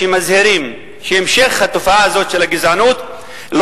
שמזהירים שהמשך התופעה הזאת של הגזענות לא